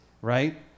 right